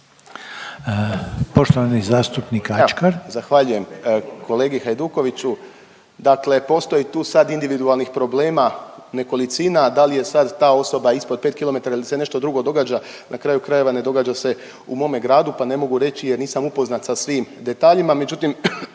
Poštovani zastupnik Ačkar.